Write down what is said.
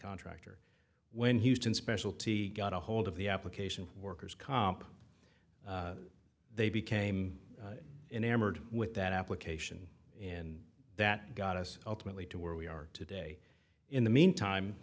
contractor when houston specialty got a hold of the application worker's comp they became enamored with that application and that got us ultimately to where we are today in the meantime